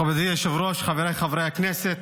מכובדי היושב-ראש, חבריי חברי הכנסת,